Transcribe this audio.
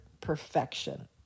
perfection